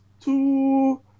two